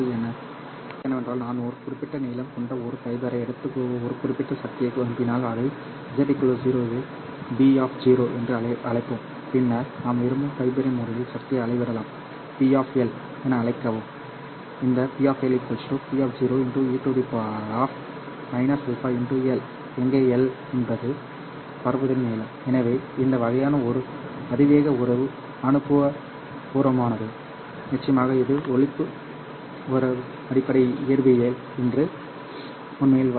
இதன் பொருள் என்னவென்றால் நான் ஒரு குறிப்பிட்ட நீளம் கொண்ட ஒரு ஃபைபரை எடுத்து ஒரு குறிப்பிட்ட சக்தியை அனுப்பினால் அதை z 0 இல் பி என்று அழைப்போம் பின்னர் நாம் விரும்பும் ஃபைபரின் முடிவில் சக்தியை அளவிடலாம் P என அழைக்கவும் இந்த P P e αL எங்கே L என்பது பரப்புதலின் நீளம் எனவே இந்த வகையான ஒரு அதிவேக உறவு அனுபவபூர்வமானது நிச்சயமாக இது ஒலிப்பு உறவு அடிப்படை இயற்பியலில் இருந்து உண்மையில் வரவில்லை